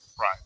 Right